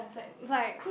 like